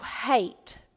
hate